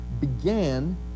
began